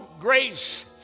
grace